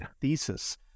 thesis